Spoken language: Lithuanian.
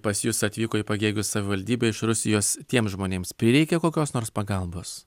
pas jus atvyko į pagėgių savivaldybę iš rusijos tiems žmonėms prireikė kokios nors pagalbos